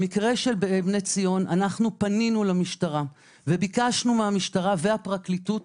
במקרה של בני ציון פנינו למשטרה וביקשנו מהמשטרה והפרקליטות,